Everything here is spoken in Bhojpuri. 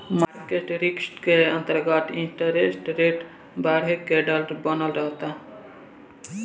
मारकेट रिस्क के अंतरगत इंटरेस्ट रेट बरहे के डर बनल रहता